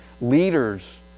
leaders